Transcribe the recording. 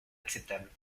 acceptable